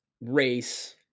race